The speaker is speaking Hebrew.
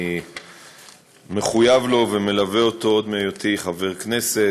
אני מחויב לו ומלווה אותו עוד מהיותי חבר כנסת,